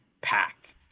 packed